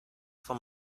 von